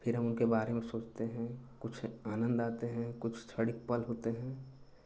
फिर हम उनके बारे में सोचते हैं कुछ आनन्द आता है कुछ क्षणिक पल होते हैं